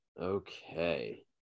Okay